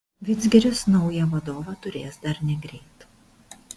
vidzgiris naują vadovą turės dar negreit